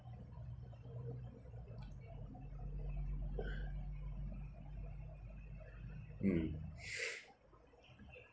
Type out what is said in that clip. mm